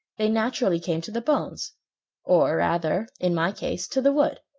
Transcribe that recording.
they naturally came to the bones or rather, in my case, to the wood,